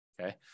Okay